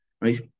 right